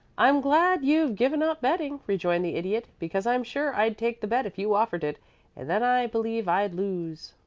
i'm glad you've given up betting, rejoined the idiot, because i'm sure i'd take the bet if you offered it and then i believe i'd lose.